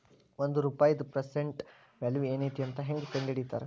ಒಂದ ರೂಪಾಯಿದ್ present value ಏನೈತಿ ಮತ್ತ ಹೆಂಗ ಕಂಡಹಿಡಿತಾರಾ